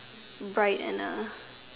bright and A